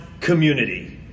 community